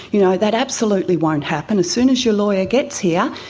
you know that absolutely won't happen. as soon as your lawyer gets here,